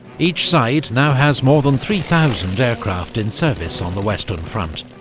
each side now has more than three thousand aircraft in service on the western front.